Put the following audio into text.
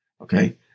Okay